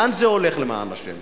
לאן זה הולך, למען השם?